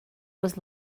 was